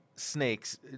snakes